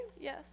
Yes